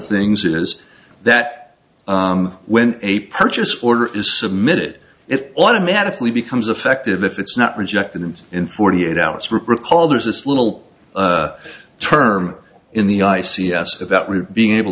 things is that when a purchase order is submitted it automatically becomes effective if it's not rejected and in forty eight hours recall there's this little term in the i c s about being able